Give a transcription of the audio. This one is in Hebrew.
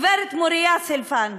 גברת מוריה סילפן,